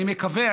אני מקווה,